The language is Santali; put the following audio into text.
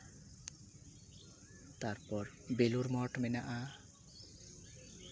ᱛᱟᱨᱯᱚᱨ ᱵᱮᱞᱩᱲᱢᱚᱴᱷ ᱢᱮᱱᱟᱜᱼᱟ